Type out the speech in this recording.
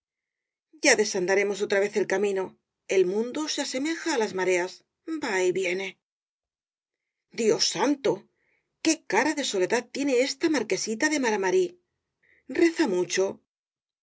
ya desandaremos otra vez el camino el mundo se asemeja á las mareas va y viene dios santo qué cara de soledad tiene esta marquesita de mara mari reza mucho